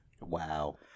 Wow